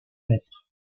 mètres